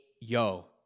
Yo